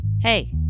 Hey